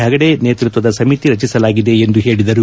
ಹೆಗಡೆ ನೇತೃತ್ವದ ಸಮಿತಿ ರಚಿಸಲಾಗಿದೆ ಎಂದು ಹೇಳಿದರು